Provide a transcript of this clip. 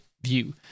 view